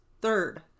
Third